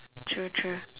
true true